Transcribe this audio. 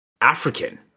African